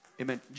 Amen